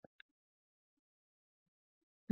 1 ஆகும்